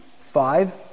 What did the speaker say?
five